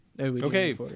Okay